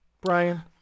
Brian